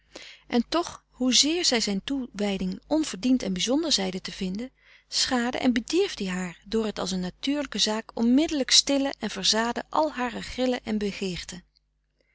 en toch hoezeer zij zijn toewijding onverdiend en bizonder zeide te vinden schaadde en bedierf die haar door het als een natuurlijke zaak onmiddelijk stillen en verzaden al harer grillen en